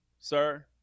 sir